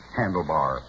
handlebar